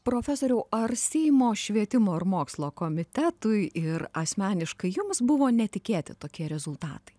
profesoriau ar seimo švietimo ir mokslo komitetui ir asmeniškai jums buvo netikėti tokie rezultatai